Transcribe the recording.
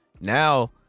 Now